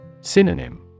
Synonym